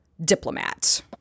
diplomat